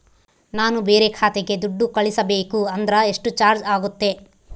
ನಾನು ಬೇರೆ ಖಾತೆಗೆ ದುಡ್ಡು ಕಳಿಸಬೇಕು ಅಂದ್ರ ಎಷ್ಟು ಚಾರ್ಜ್ ಆಗುತ್ತೆ?